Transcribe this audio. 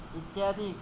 इत्यादि